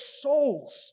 souls